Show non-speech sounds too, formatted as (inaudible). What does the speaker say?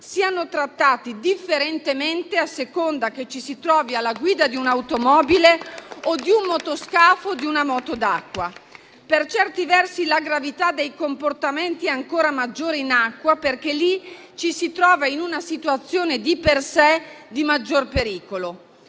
siano trattati differentemente a seconda che ci si trovi alla guida di un'automobile, di un motoscafo o di una moto d'acqua. (applause) Per certi versi, la gravità dei comportamenti è ancora maggiore in acqua, perché lì ci si trova in una situazione di per sé di maggior pericolo.